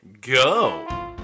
Go